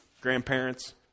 grandparents